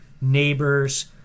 neighbors